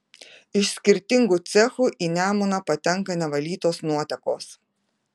iš skirtingų cechų į nemuną patenka nevalytos nuotekos